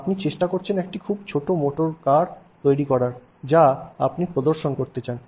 আপনি চেষ্টা করছেন একটি খুব ছোট মোটর কার তৈরি করার যা আপনি প্রদর্শন করতে চান